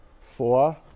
Four